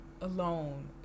alone